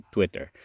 Twitter